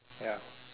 ya